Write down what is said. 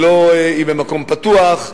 היא מקום פתוח,